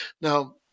Now